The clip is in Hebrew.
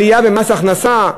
עלייה במס הכנסה.